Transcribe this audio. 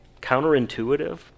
Counterintuitive